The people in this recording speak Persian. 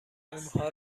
اونها